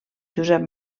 josep